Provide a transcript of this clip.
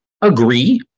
agree